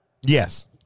Yes